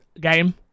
game